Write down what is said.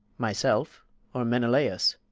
myself or menelaus?